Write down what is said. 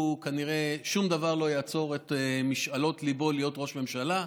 שכנראה שום דבר לא יעצור את משאלות ליבו להיות ראש ממשלה,